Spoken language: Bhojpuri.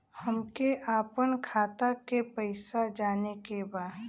हमके आपन खाता के पैसा जाने के बा